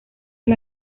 del